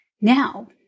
Now